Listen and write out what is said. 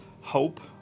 hope